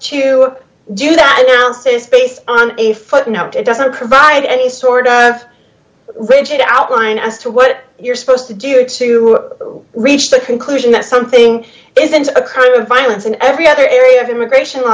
to do that alan says based on a footnote it doesn't provide any sort of rigid outline as to what you're supposed to do to reach the conclusion that something isn't a crime of violence in every other area of immigration law